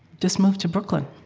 just moved to brooklyn.